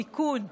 תיקון,